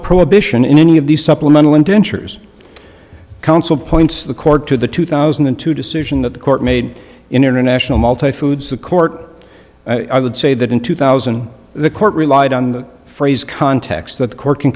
prohibition in any of these supplemental indentures counsel points the court to the two thousand and two decision that the court made international multi foods the court i would say that in two thousand the court relied on the phrase context that the court can